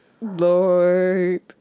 Lord